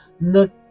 Look